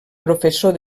professor